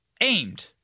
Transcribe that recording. aimed